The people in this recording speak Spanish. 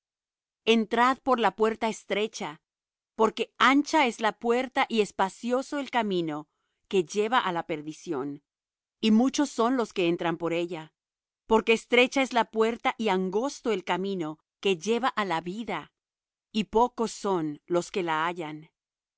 entrad por la puerta estrecha porque ancha es la puerta y espacioso el camino que lleva á perdición y muchos son los que entran por ella porque estrecha es la puerta y angosto el camino que lleva á la vida y pocos son los que la hallan